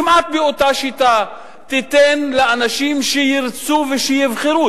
כמעט באותה שיטה, תיתן לאנשים שירצו ויבחרו.